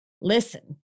Listen